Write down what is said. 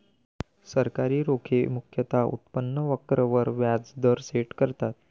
सरकारी रोखे मुख्यतः उत्पन्न वक्र वर व्याज दर सेट करतात